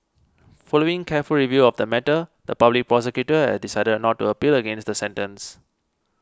following careful review of the matter the Public Prosecutor has decided not to appeal against the sentence